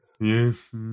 yes